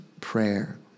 prayer